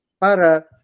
para